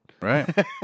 Right